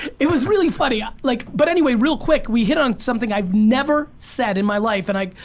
it was really funny. ah like but anyway, real quick, we hit on something i've never said in my life and i,